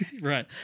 right